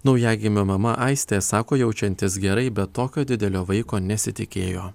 naujagimio mama aistė sako jaučiantis gerai bet tokio didelio vaiko nesitikėjo